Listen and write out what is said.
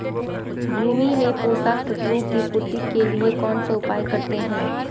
भूमि में पोषक तत्वों की पूर्ति के लिए कौनसा उपाय करते हैं?